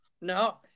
No